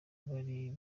buri